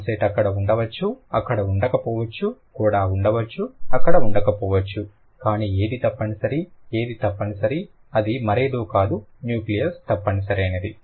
onset అక్కడ ఉండవచ్చు అక్కడ ఉండకపోవచ్చు కోడా ఉండవచ్చు అక్కడ ఉండకపోవచ్చు కానీ ఏది తప్పనిసరి ఏది తప్పనిసరి అది మారేదోకాదు న్యూక్లియస్ తప్పనిసరైనది